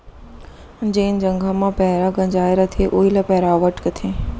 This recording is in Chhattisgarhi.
जेन जघा म पैंरा गंजाय रथे वोइ ल पैरावट कथें